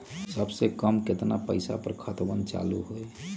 सबसे कम केतना पईसा पर खतवन चालु होई?